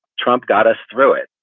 trump got us through it.